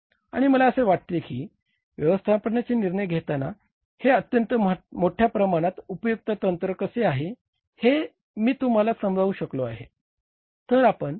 आणि मला असे वाटते की व्यवस्थापनाचे निर्णय घेताना हे अत्यंत मोठ्या प्रमाणात उपयुक्त तंत्र कसे आहे हे मी तुम्हाला समजावू शकलो आहे